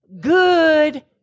good